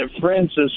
Francis